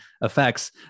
effects